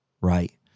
right